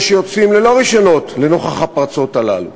שיוצאים ללא רישיונות לנוכח הפרצות הללו.